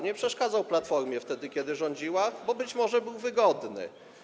Nie przeszkadzał Platformie wtedy, kiedy rządziła, bo być może był wygodny.